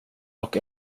och